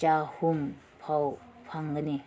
ꯆꯍꯨꯝꯐꯥꯎ ꯐꯪꯒꯅꯤ